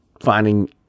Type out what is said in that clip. finding